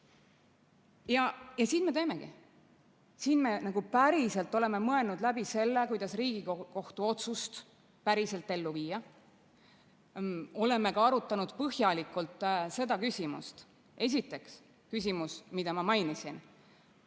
Ja siin me teemegi, siin me oleme mõelnud läbi selle, kuidas Riigikohtu otsust päriselt ellu viia. Oleme arutanud põhjalikult seda küsimust. Esiteks küsimus, mida ma mainisin: